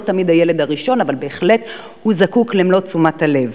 הוא לא תמיד הילד הראשון אבל הוא בהחלט זקוק למלוא תשומת הלב.